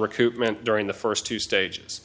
recruitment during the first two stages